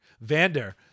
Vander